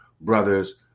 brothers